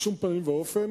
בשום פנים ואופן.